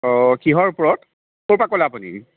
অ' কিহৰ ওপৰত ক'ৰ পৰা ক'লে আপুনি